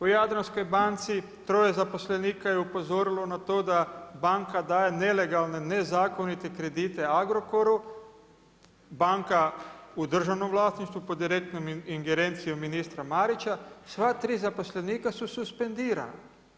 U Jadranskoj banci troje zaposlenika je upozorilo na to da banka daje nelegalne, nezakonite kredite Agrokoru banka u državnom vlasništvu pod direktnoj ingerencijom ministra Marića, sva tri zaposlenika su suspendirana.